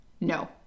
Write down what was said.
no